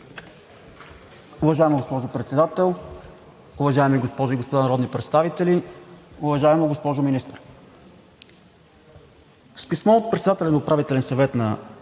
Уважаема госпожо Председател, уважаеми госпожи и господа народни представители! Уважаема госпожо Министър, с писмо от председателя на Управителния съвет на